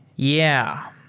yeah,